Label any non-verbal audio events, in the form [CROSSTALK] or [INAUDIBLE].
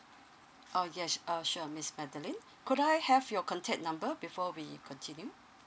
oh yes uh sure miss madeline [BREATH] could I have your contact number before we continue